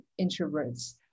introverts